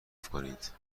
کنید